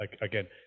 again